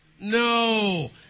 no